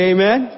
Amen